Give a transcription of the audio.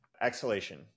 Exhalation